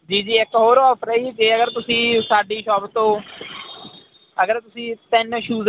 ਜੀ ਜੀ ਇੱਕ ਹੋਰ ਆਫਰ ਹੈ ਜੀ ਜੇ ਅਗਰ ਤੁਸੀਂ ਸਾਡੀ ਸ਼ੋਪ ਤੋਂ ਅਗਰ ਤੁਸੀਂ ਤਿੰਨ ਸ਼ੂਜ